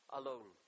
alone